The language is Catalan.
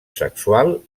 sexual